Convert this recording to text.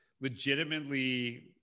legitimately